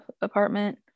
apartment